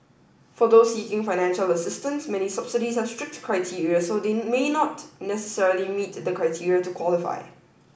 for those seeking financial assistance many subsidies have strict criteria so they may not necessarily meet the criteria to qualify